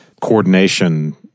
Coordination